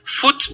foot